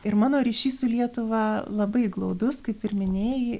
ir mano ryšys su lietuva labai glaudus kaip ir minėjai